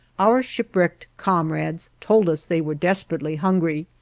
our shipwrecked comrades told us they were desperately hungry,